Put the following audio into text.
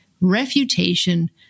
refutation